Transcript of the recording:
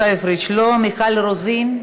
עיסאווי פריג' לא, מיכל רוזין,